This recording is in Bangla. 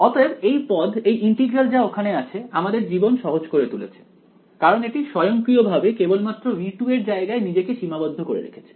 অতএব এই পদ এই ইন্টিগ্রাল যা ওখানে আছে আমাদের জীবন সহজ করে তুলেছে কারণ এটি স্বয়ংক্রিয়ভাবে কেবলমাত্র V2 এর জায়গায় নিজেকে সীমাবদ্ধ করে রেখেছে